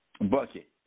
bucket